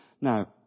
Now